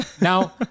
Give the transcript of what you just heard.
Now